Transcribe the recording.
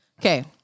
Okay